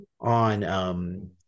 on –